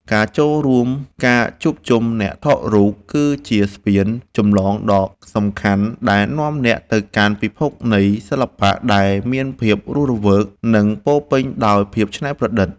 ការចូលរួមការជួបជុំអ្នកថតរូបគឺជាស្ពានចម្លងដ៏សំខាន់ដែលនាំអ្នកទៅកាន់ពិភពនៃសិល្បៈដែលមានភាពរស់រវើក និង ពោរពេញដោយភាពច្នៃប្រឌិត។